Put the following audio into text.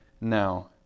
now